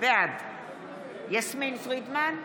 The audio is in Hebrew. בעד יסמין פרידמן,